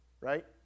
right